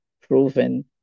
proven